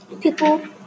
People